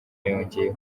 yongeye